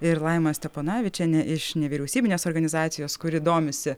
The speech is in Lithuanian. ir laima steponavičiene iš nevyriausybinės organizacijos kuri domisi